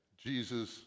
Jesus